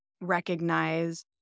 recognize